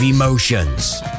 Emotions